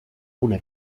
una